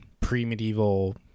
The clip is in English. pre-medieval